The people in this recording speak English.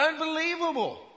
unbelievable